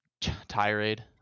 tirade